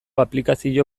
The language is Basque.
aplikazio